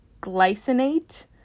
glycinate